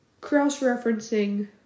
Cross-referencing